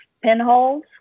pinholes